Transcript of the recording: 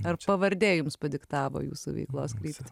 ar pavardė jums padiktavo jūsų veiklos kryptį